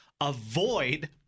Avoid